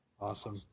Awesome